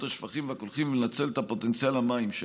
השפכים והקולחים ולנצל את פוטנציאל המים שלה.